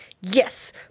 Yes